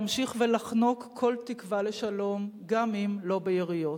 להמשיך ולחנוק כל תקווה לשלום, גם אם לא ביריות